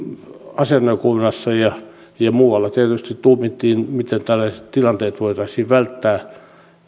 asianajajakunnassa ja ja muualla tietysti tuumittiin miten tällaiset tilanteet voitaisiin välttää